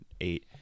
eight